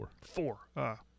four